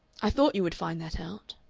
i thought you would find that out.